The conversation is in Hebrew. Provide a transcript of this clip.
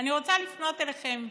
אני רוצה לפנות אליכם,